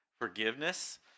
forgiveness